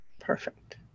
Perfect